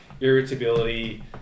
irritability